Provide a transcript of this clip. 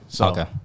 Okay